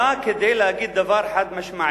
הרפורמה הזאת באה כדי להגיד דבר חד-משמעי: